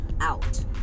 out